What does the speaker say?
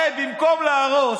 הרי במקום להרוס,